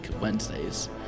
Wednesdays